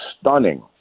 stunning